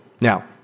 Now